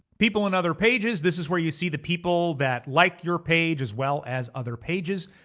people and other pages, this is where you see the people that like your page as well as other pages.